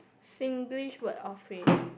Singlish word of phase